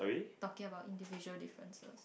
talking about individual differences